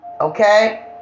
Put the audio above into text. Okay